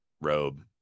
robe